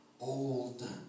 old